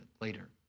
later